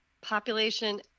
population